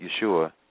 Yeshua